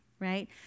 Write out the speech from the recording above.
right